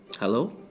Hello